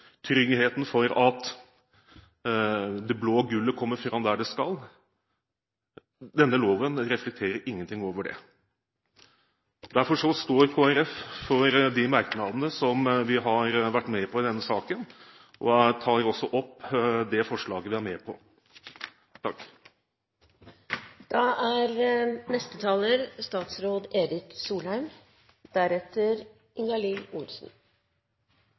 for at det blå gullet kommer fram dit det skal. Denne loven reflekterer ikke over det. Derfor står Kristelig Folkeparti for de merknadene vi har vært med på i denne saken. La meg starte med å gi honnør til Trygve Slagsvold Vedum og andre som sto bak dette forslaget.